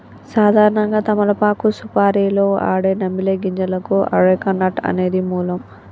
సాధారణంగా తమలపాకు సుపారీలో ఆడే నమిలే గింజలకు అరెక నట్ అనేది మూలం